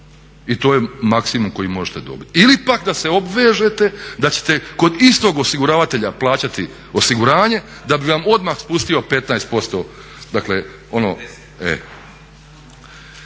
I to je maksimum koji možete dobiti. Ili pak da se obvežete da ćete kod istog osiguravatelja plaćati osiguranje da bi vam odmah spustio 15%.